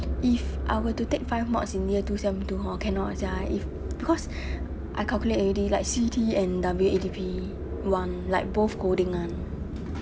if I were to take five mods in year two sem two hor cannot sia if because I calculate already like C_T and W_A_D_P one like both holding [one]